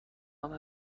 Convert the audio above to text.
خواهم